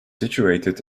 situated